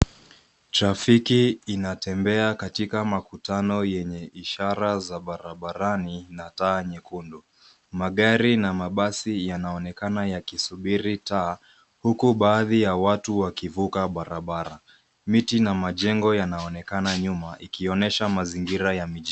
Trafiki inatembea katika makutano yenye ishara za barabarani na taa nyekundu. Magari na mabasi yanaonekana yakisubiri taa huku baadhi ya watu wakivuka barabara. Miti na majengo yanaonekana nyuma ikionyesha mazingira ya mijini.